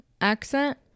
accent